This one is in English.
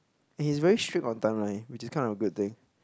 and he is very strict on timeline which is kind of a good thing